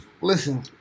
listen